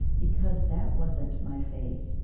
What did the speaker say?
because that wasn't my faith,